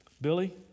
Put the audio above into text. Billy